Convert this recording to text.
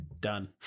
Done